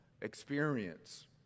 experience